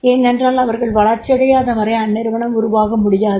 ஏனென்றால் அவர்கள் வளர்ச்சியடையாத வரை அந்நிறுவனம் உருவாக முடியாது